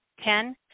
Ten